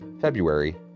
February